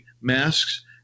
masks